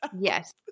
Yes